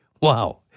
Wow